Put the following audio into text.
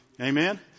amen